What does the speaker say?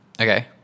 Okay